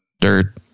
dirt